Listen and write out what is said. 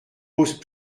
posent